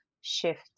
shift